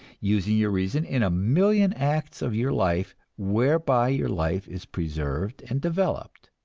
using your reason in a million acts of your life whereby your life is preserved and developed.